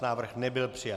Návrh nebyl přijat.